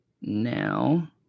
now